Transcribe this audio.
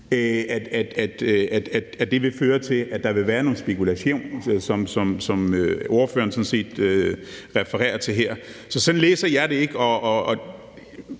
at det vil føre til, at der vil være noget spekulation, som ordføreren sådan set refererer til her. Så sådan læser jeg det ikke,